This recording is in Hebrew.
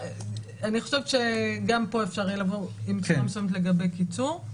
אני חושבת שגם פה אפשר יהיה לבוא עם בשורה מסוימת לגבי קיצור.